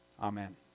Amen